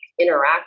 interact